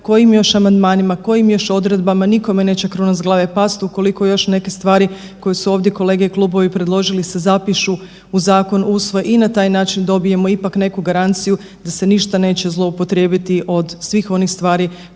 kojim još amandmanima, kojim još odredbama nikome neće kruna s glave past ukoliko još neke stvari koje su ovdje kolege i klubovi predložili se zapišu u zakon, usvoje i na taj način dobijemo ipak neku garanciju da se ništa neće zloupotrijebiti od svih onih stvari